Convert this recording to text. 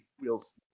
wheels